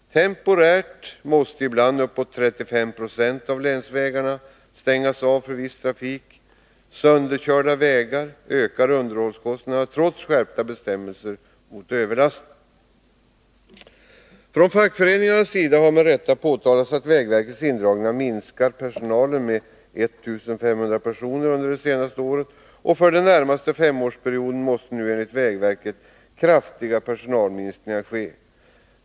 Temporärt måste ibland 35 26 av länsvägarna avstängas för viss trafik. Sönderkörda vägar ökar underhållskostnaderna, trots skärpta bestämmelser mot överlaster. Från fackföreningarnas sida har med rätta påtalats att vägverkets indragningar minskat personalen med 1 500 personer under det senaste året. För den närmaste femårsperioden måste nu, enligt vägverket, kraftiga personalminskningar ske.